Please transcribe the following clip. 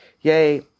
Yay